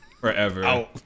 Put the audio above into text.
forever